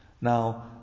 Now